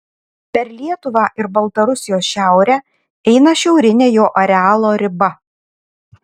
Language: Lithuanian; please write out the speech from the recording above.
per lietuvą ir baltarusijos šiaurę eina šiaurinė jo arealo riba